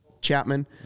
Chapman